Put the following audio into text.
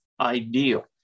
ideal